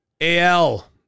AL